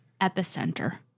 epicenter